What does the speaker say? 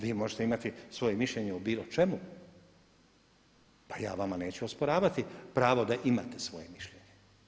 Vi možete imati svoje mišljenje o bilo čemu, a ja vama neću osporavati pravo da imate svoje mišljenje.